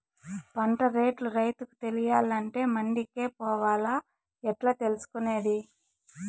పంట రేట్లు రైతుకు తెలియాలంటే మండి కే పోవాలా? ఎట్లా తెలుసుకొనేది?